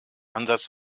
ansatz